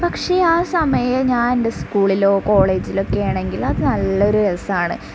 പക്ഷേ ആ സമയ ഞാൻ എൻ്റെ സ്കൂളിലോ കോളേജിലൊക്കെ ആണെങ്കിൽ അത് നല്ലൊരു രസമാണ്